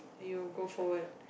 you'll go forward